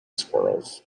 squirrels